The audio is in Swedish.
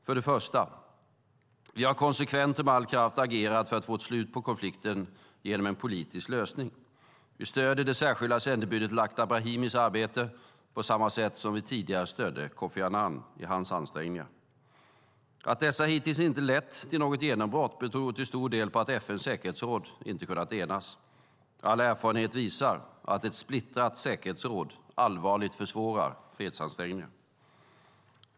För det första har vi konsekvent och med all kraft agerat för att få ett slut på konflikten genom en politisk lösning. Vi stödjer det särskilda sändebudet Lakhdar Brahimis arbete på samma sätt som vi tidigare stödde Kofi Annan i hans ansträngningar. Att dessa hittills inte lett till något genombrott beror till stor del på att FN:s säkerhetsråd inte kunnat enas. All erfarenhet visar att ett splittrat säkerhetsråd allvarligt försvårar fredsansträngningar.